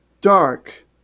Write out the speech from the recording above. dark